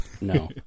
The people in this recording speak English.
No